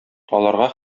аларга